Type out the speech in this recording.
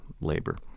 labor